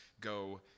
go